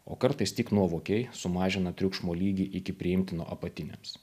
o kartais tik nuovokiai sumažina triukšmo lygį iki priimtino apatiniams